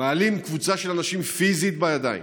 מעלים קבוצה של אנשים פיזית בידיים,